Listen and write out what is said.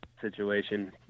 situation